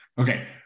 Okay